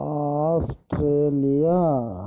Australia